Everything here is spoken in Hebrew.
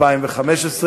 התשע"ה 2015,